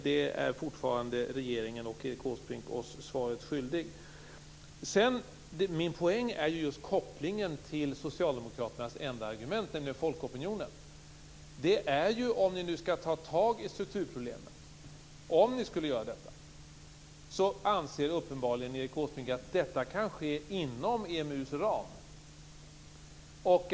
Det är fortfarande regeringen och Erik Åsbrink oss svaret skyldig. Min poäng är just kopplingen till socialdemokraternas enda argument, nämligen folkopinionen. Om ni nu skall ta tag i strukturproblemen anser uppenbarligen Erik Åsbrink att detta kan ske inom EMU:s ram.